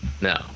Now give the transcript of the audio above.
No